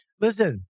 Listen